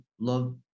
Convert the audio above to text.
love